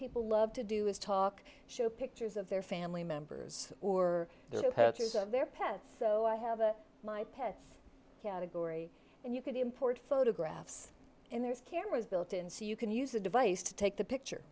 people love to do is talk show pictures of their family members or their pets so i have my pets category and you can import photographs and there's cameras built in so you can use a device to take the picture